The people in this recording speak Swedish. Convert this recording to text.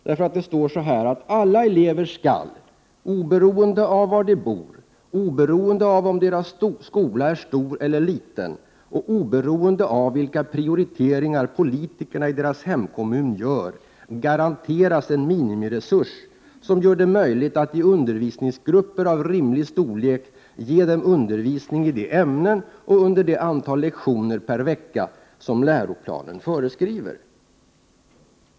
Där står följande: ”Alla elever skall, oberoende av var de bor, oberoende om deras skola är stor eller liten och oberoende av vilka prioriteringar politikerna i deras hemkommun gör, garanteras en minimiresurs som gör det möjligt att i undervisningsgrupper av rimlig storlek ge dem undervisning i de ämnen och under det antal lektioner per vecka som läroplanen föreskriver”.